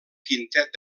quintet